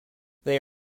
they